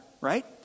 right